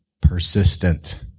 persistent